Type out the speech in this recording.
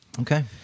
okay